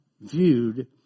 viewed